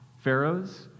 pharaohs